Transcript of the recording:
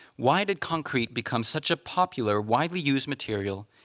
why did concrete become such a popular, widely used material,